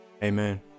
Amen